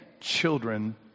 children